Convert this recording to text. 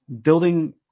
building